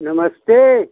नमस्ते